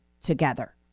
together